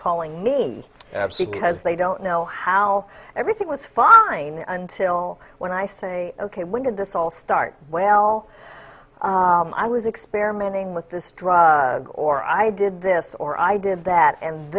calling me because they don't know how everything was fine until when i say ok when did this all start well i was experimenting with this drug or i did this or i did that and